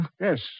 Yes